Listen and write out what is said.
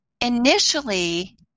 Initially